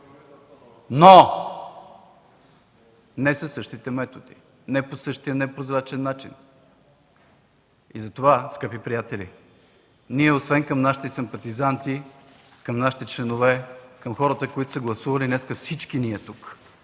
но не и със същите методи, не със същия непрозрачен начин. Затова, скъпи приятели, освен към нашите симпатизанти и членове, към хората, които са гласували, всички ние тук